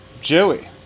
Joey